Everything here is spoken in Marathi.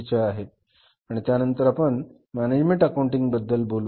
आणि त्यानंतर आपण मॅनेजमेण्ट अकाऊण्टिंग बद्दल बोलू